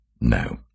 No